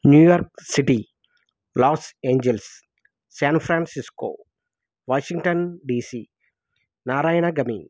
new York City Los Angeles San Francisco Washington DC Narayana Ghani